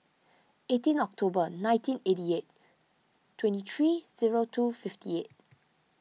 eighteen October nineteen eighty eight twenty three zero two fifty eight